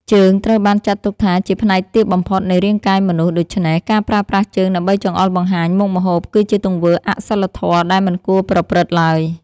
ជើងត្រូវបានចាត់ទុកថាជាផ្នែកទាបបំផុតនៃរាងកាយមនុស្ស ដូច្នេះ ការប្រើប្រាស់ជើងដើម្បីចង្អុលបង្ហាញមុខម្ហូបគឺជាទង្វើអសីលធម៌ដែលមិនគួរប្រព្រឹត្តឡើយ។